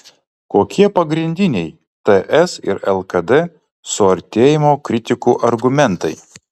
kokie pagrindiniai ts ir lkd suartėjimo kritikų argumentai